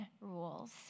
rules